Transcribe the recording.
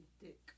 Dick